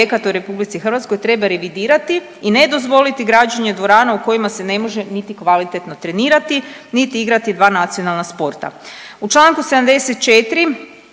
u RH treba revidirati i ne dozvoliti građenje dvorana u kojima se ne može niti kvalitetno trenirati, niti igrati dva nacionalna sporta. U čl. 74.